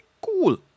cool